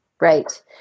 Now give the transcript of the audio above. Right